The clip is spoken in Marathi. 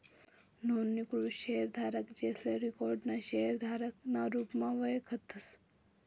नोंदणीकृत शेयरधारक, जेसले रिकाॅर्ड ना शेयरधारक ना रुपमा वयखतस